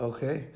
Okay